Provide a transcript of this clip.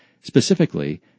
Specifically